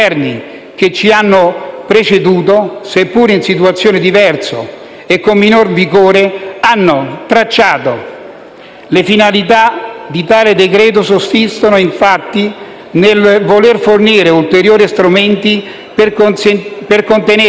che ci hanno preceduto, seppur in situazioni diverse e con minor vigore, hanno tracciato. Le finalità di tale decreto sussistono, infatti, nel voler fornire ulteriori strumenti per contenere